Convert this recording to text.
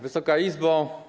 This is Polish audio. Wysoka Izbo!